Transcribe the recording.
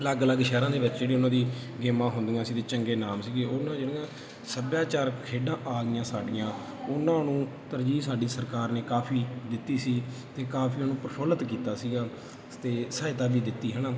ਅਲੱਗ ਅਲੱਗ ਸ਼ਹਿਰਾਂ ਦੇ ਵਿੱਚ ਜਿਹੜੀ ਉਹਨਾਂ ਦੀ ਗੇਮਾਂ ਹੁੰਦੀਆਂ ਸੀ ਅਤੇ ਚੰਗੇ ਨਾਮ ਸੀਗੇ ਉਹ ਨਾਲ ਜਿਹੜੀਆਂ ਸੱਭਿਆਚਾਰ ਖੇਡਾਂ ਆ ਗਈਆਂ ਸਾਡੀਆਂ ਉਹਨਾਂ ਨੂੰ ਤਰਜੀਹ ਸਾਡੀ ਸਰਕਾਰ ਨੇ ਕਾਫੀ ਦਿੱਤੀ ਸੀ ਅਤੇ ਕਾਫੀ ਉਹਨੂੰ ਪ੍ਰਫੁਲਿਤ ਕੀਤਾ ਸੀਗਾ ਅਤੇ ਸਹਾਇਤਾ ਵੀ ਦਿੱਤੀ ਹੈ ਨਾ